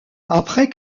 après